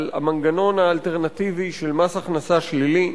על המנגנון האלטרנטיבי של מס הכנסה שלילי,